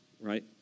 Right